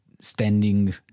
standing